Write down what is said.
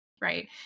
Right